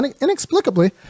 inexplicably